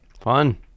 Fun